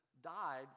died